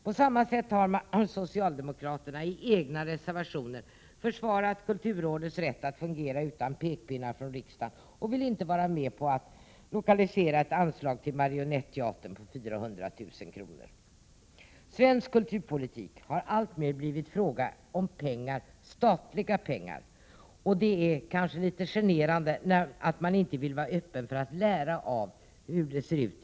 På samma sätt har socialdemokraterna i egna reservationer försvarat kulturrådets rätt att fungera utan pekpinnar från riksdagen och har inte velat vara med om att anslå 400 000 kr. till Marionetteatern. Svensk kulturpolitik har alltmer blivit en fråga om pengar -— statliga pengar. Detta är nästan generande för dem som inte vill vara öppna för att lära av andra länder.